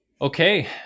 Okay